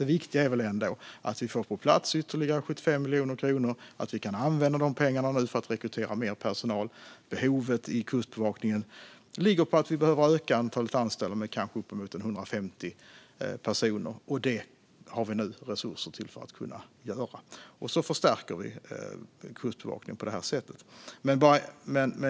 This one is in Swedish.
Det viktiga är ändå att vi får ytterligare 75 miljoner kronor på plats och att vi kan använda dessa pengar för att rekrytera mer personal. Behovet i Kustbevakningen är sådant att vi behöver öka antalet anställda med uppemot 150 personer, och det har vi nu resurser för att göra. På det sättet förstärker vi Kustbevakningen.